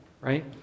right